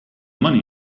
money